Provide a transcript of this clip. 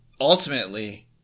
ultimately